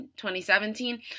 2017